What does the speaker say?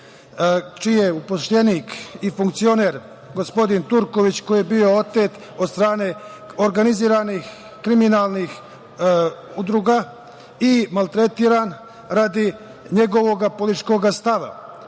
je zaposleni i funkcioner gospodin Turković koji je bio otet od strane organizovanih kriminalnih udruga i maltretiran radi njegovog političkog stava. Od